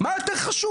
מה יותר חשוב?